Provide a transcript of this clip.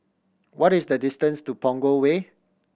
what is the distance to Punggol Way